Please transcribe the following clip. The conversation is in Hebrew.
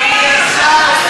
אדוני השר,